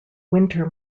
winter